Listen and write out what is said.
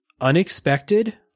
unexpected